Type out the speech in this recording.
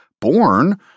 born